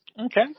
Okay